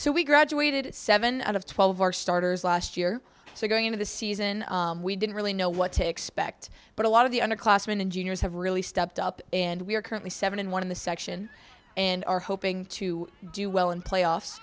so we graduated seven out of twelve our starters last year so going into the season we didn't really know what to expect but a lot of the underclassman and juniors have really stepped up and we are currently seven one in the section and are hoping to do well in playoffs